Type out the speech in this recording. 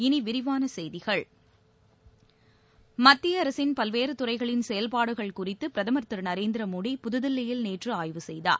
இனி விரிவான செய்திகள் மத்திய அரசின் பல்வேறு துறைகளின் செயல்பாடுகள் குறித்து பிரதமர் திரு நரேந்திர மோடி புதுதில்லியில் நேற்று ஆய்வு செய்தார்